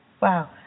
wow